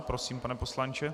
Prosím, pane poslanče.